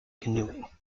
canoeing